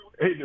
Hey